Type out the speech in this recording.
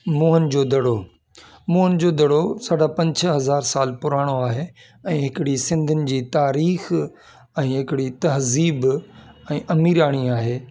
Mohan जोदड़ो Mohenjodaro साॾा पंज छह हज़ार साल पुराणो आहे ऐं हिकिड़ी सिंधीयुनि जी तारीख़ ऐं हिकिड़ी तहज़ीब ऐं अमीराणी आहे